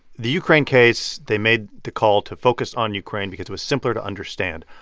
the ukraine case, they made the call to focus on ukraine because it was simpler to understand.